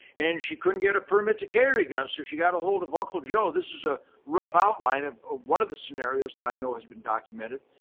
and she couldn't get a permit to carry a gun. so she got ahold of uncle joe. this is a rough outline of ah one of the scenarios that i know has been documented.